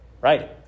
Right